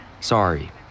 Sorry